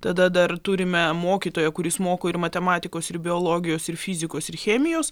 tada dar turime mokytoją kuris moko ir matematikos ir biologijos ir fizikos ir chemijos